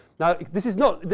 now, this is not.